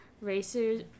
Racers